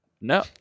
No